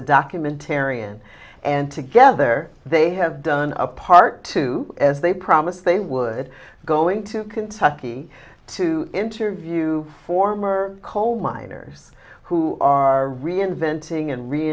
a documentarian and together they have done a part two as they promised they would go into kentucky to interview former coal miners who are reinventing and